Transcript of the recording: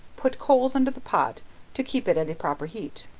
put coals under the pot to keep it at a proper heat.